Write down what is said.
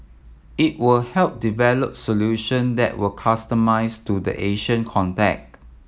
it will help develop solution that were customised to the Asian context